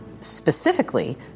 specifically